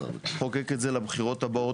לחוקק את זה לבחירות הבאות.